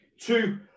two